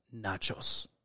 Nachos